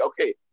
Okay